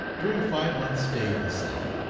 during five months' stay in the south,